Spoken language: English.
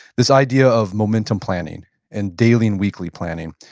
this idea of momentum planning and daily and weekly planning.